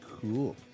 Cool